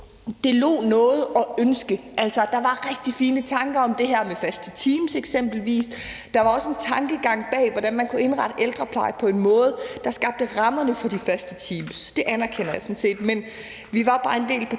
tilbage at ønske. Altså, der var rigtig fine tanker om det her med faste teams eksempelvis. Der var også en tankegang bag, hvordan man kunne indrette ældreplejen på en måde, der skabte rammerne for de faste teams. Det anerkender jeg sådan set, men vi var bare en del